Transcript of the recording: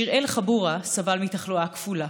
שיראל חבורה סבל מתחלואה כפולה.